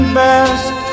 best